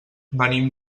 venim